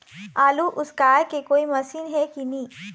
आलू उसकाय के कोई मशीन हे कि नी?